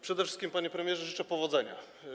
Przede wszystkim, panie premierze, życzę powodzenia.